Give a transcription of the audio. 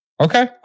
Okay